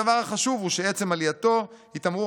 הדבר החשוב הוא שעצם עלייתו היא תמרור